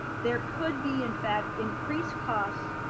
there could be in fact increased costs,